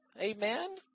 Amen